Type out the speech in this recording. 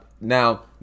now